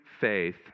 faith